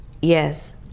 yes